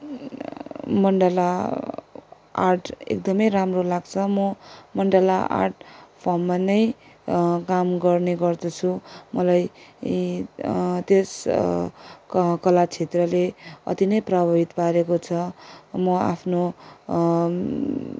Mandla art एकदमै राम्रो लाग्छ म मन्डला आर्ट फर्ममा नै काम गर्ने गर्दछु मलाई ए त्यस कला क्षेत्रले अति नै प्रभावित पारेको छ म आफ्नो